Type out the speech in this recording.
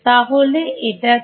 তাহলে এটা কি